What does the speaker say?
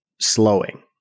slowing